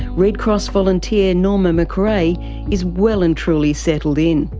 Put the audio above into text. red cross volunteer norma mcrae is well and truly settled in.